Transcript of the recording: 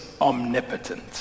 omnipotent